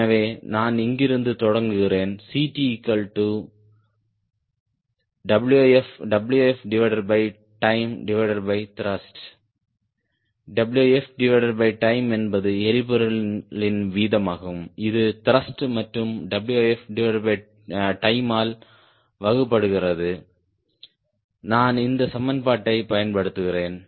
எனவே நான் இங்கிருந்து தொடங்குகிறேன் Ct CtWftimeThrust Wftime என்பது எரிபொருளின் வீதமாகும் இது த்ருஷ்ட் மற்றும் Wftimeஆல் வகுக்கப்படுகிறது நான் இந்த சமன்பாட்டைப் பயன்படுத்துகிறேன்